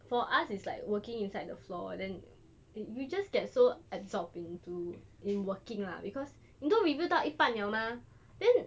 for us it's like working inside the floor then you just get so absorbed into in working lah because 你都 review 到一半了吗